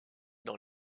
dans